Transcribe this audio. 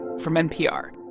from npr